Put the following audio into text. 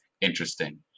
interesting